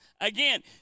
Again